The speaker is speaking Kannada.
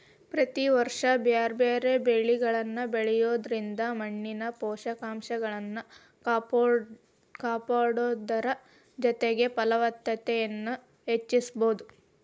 ಪ್ರತಿ ವರ್ಷ ಬ್ಯಾರ್ಬ್ಯಾರೇ ಬೇಲಿಗಳನ್ನ ಬೆಳಿಯೋದ್ರಿಂದ ಮಣ್ಣಿನ ಪೋಷಕಂಶಗಳನ್ನ ಕಾಪಾಡೋದರ ಜೊತೆಗೆ ಫಲವತ್ತತೆನು ಹೆಚ್ಚಿಸಬೋದು